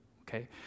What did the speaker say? okay